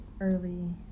early